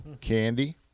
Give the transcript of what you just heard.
candy